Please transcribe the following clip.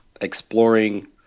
exploring